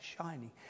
shining